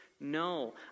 No